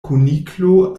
kuniklo